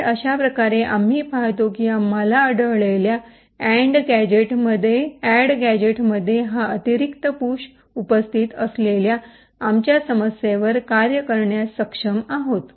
तर अशा प्रकारे आम्ही पाहतो की आम्हाला आढळलेल्या अॅड गॅझेटमध्ये हा अतिरिक्त पुश उपस्थित असलेल्या आमच्या समस्येवर कार्य करण्यास सक्षम आहोत